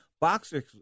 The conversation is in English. boxers